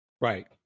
Right